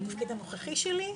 לתפקיד הנוכחי שלי,